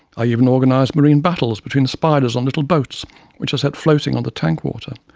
i even organized marine battles between spiders on little boats which i set floating on the tank water.